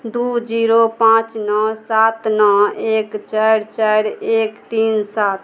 दू जीरो पाँच नओ सात नओ एक चारि चारि एक तीन सात